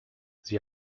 sie